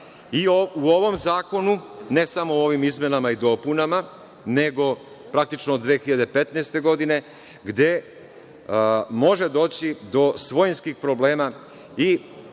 i u ovom zakonu, ne samo ovim izmenama i dopunama, nego praktično od 2015. godine gde može doći do svojinskih problema i kod